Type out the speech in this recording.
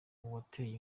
uwateye